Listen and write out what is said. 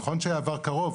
נכון שזה היה עבר קרוב,